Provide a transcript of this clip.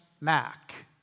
Mac